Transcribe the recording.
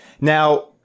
Now